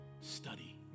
study